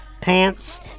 pants